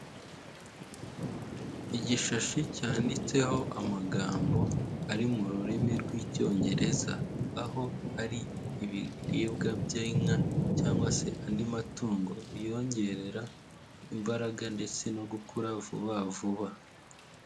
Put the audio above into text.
Igishashi cyanditseho amagambo ari mu rurimi rw'icyongereza, aho hari ibiribwa by'inka cyangwa se andi matungo biyongerera imbaraga ndetse no gukura vuba vuba.